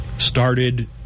started